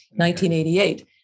1988